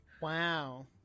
wow